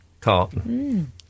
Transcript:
carton